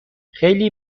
خیلی